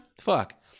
fuck